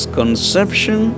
conception